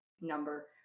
number